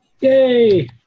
Yay